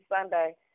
Sunday